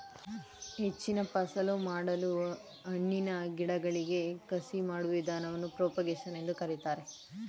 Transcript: ಹೆಚ್ಚಿನ ಫಸಲು ಪಡೆಯಲು ಹಣ್ಣಿನ ಗಿಡಗಳಿಗೆ ಕಸಿ ಮಾಡುವ ವಿಧಾನವನ್ನು ಪ್ರೋಪಾಗೇಶನ್ ಎಂದು ಕರಿತಾರೆ